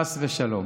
חס ושלום.